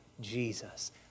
Jesus